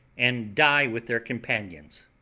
and die with their companions,